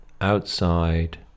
Outside